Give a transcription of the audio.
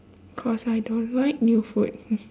cause I don't like new food